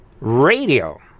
Radio